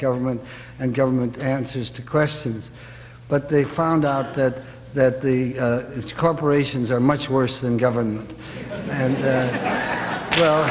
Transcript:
government and government answers to questions but they found out that that the corporations are much worse than govern